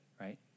right